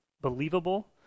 believable